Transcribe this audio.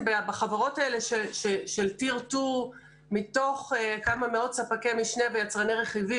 בחברות האלה של tier 2 מתוך כמה מאות ספקי משנה ויצרני רכיבים.